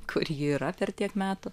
kur ji yra per tiek metų